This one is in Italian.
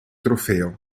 trofeo